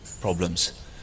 problems